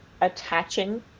attaching